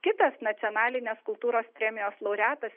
kitas nacionalinės kultūros premijos laureatas